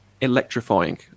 electrifying